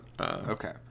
okay